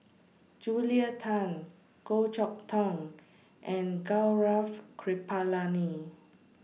Julia Tan Goh Chok Tong and Gaurav Kripalani